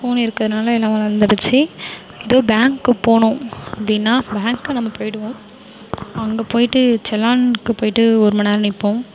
phone இருக்கிறனால எல்லாம் வளர்ந்துடுச்சி எதோ பேங்க்கு போகணும் அப்படின்னா பேங்க்கு நம்ம போயிவிடுவோம் அங்கே போயிவிட்டு சலான்க்கு போயிவிட்டு ஒரு மண்நேரம் நிற்போம்